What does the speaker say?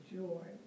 joy